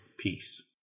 Peace